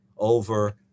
over